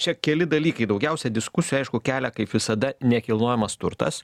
čia keli dalykai daugiausiai diskusijų aišku kelia kaip visada nekilnojamas turtas